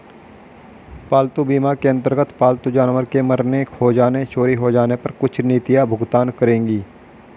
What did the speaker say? पालतू बीमा के अंतर्गत पालतू जानवर के मरने, खो जाने, चोरी हो जाने पर कुछ नीतियां भुगतान करेंगी